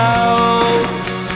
out